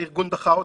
הארגון דחה אותו,